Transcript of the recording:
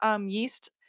yeast